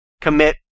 commit